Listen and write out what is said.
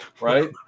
right